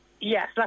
Yes